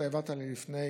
העברת לי לפני